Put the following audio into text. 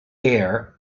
air